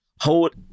hold